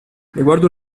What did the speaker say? riguardo